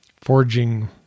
forging